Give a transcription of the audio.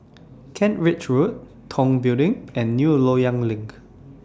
Kent Ridge Road Tong Building and New Loyang LINK